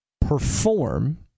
perform